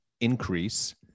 increase